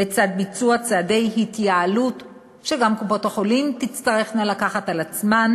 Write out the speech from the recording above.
לצד ביצוע צעדי התייעלות שגם קופות-החולים תצטרכנה לקחת על עצמן,